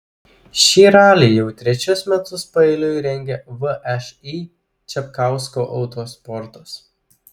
šį ralį jau trečius metus paeiliui rengia všį čapkausko autosportas